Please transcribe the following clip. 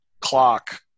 clock